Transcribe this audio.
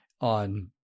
on